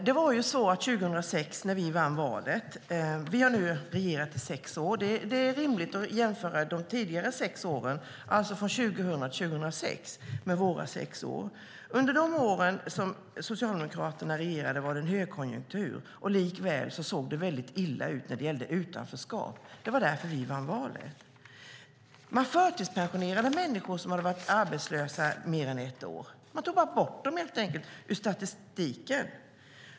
Herr talman! År 2006 vann vi valet. Vi har nu regerat i sex år. Det är rimligt att jämföra de tidigare sex åren, alltså åren 2000-2006, med våra sex år. Under de år som Socialdemokraterna regerade var det högkonjunktur. Likväl såg det illa ut när det gällde utanförskap. Det var därför vi vann valet. Man förtidspensionerade människor som hade varit arbetslösa mer än ett år. De togs bara bort ur statistiken.